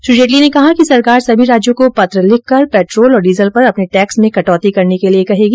श्री जेटली ने कहा कि सरकार सभी राज्यों को पत्र लिखकर पेट्रोल और डीजल पर अपने टैक्स में कटौती करने के लिए कहेगी